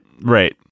Right